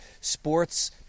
sports